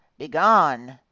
Begone